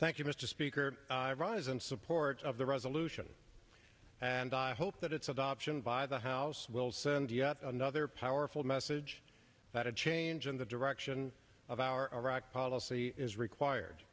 thank you mr speaker i rise in support of the resolution and i hope that its adoption by the house will send yet another powerful message that a change in the direction of our iraq policy is required